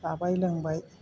जाबाय लोंबाय